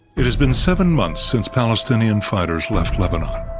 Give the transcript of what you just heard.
it has been seven months since palestinian fighters left lebanon.